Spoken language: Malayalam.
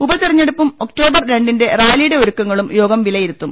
ഉപതെരഞ്ഞെടുപ്പും ഒക്ടോ ബർ രണ്ടിന്റെ റാലിയുടെ ഒരുക്കങ്ങളും യോഗം വിലയി രുത്തും